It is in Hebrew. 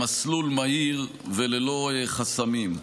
במסלול מהיר וללא חסמים.